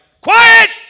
Quiet